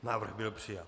Návrh byl přijat.